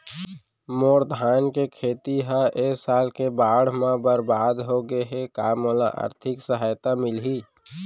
मोर धान के खेती ह ए साल के बाढ़ म बरबाद हो गे हे का मोला आर्थिक सहायता मिलही?